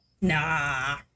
Nah